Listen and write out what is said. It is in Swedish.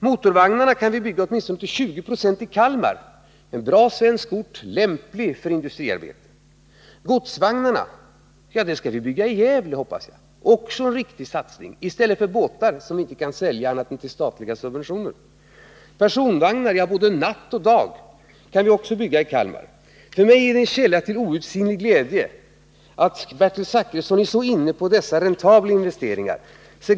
Motorvagnarna kan vi bygga till åtminstone 20 90 i Kalmar, en bra svensk ort, lämplig för industriarbete. Godsvagnarna skall vi bygga i Gävle, hoppas jag — också en riktig satsning, i stället för båtar som vi inte kan sälja annat än med statliga subventioner. Personvagnar, både nattoch dag-, kan vi också bygga i Kalmar. För mig är det en källa till outsinlig glädje att Bertil Zachrisson är så inne på dessa räntabla investeringar.